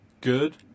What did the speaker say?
Good